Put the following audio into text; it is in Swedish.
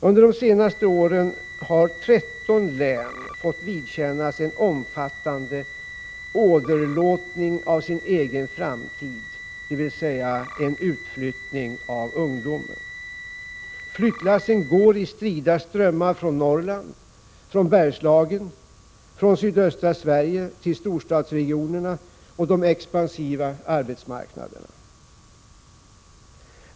Under de senaste åren har 13 län fått vidkännas en omfattande åderlåtning av sin egen framtid, dvs. en utflyttning av ungdomen. Flyttlassen går i strida strömmar från Norrland, Bergslagen och sydöstra Sverige till storstadsregionerna och de expansiva arbetsmarknaderna.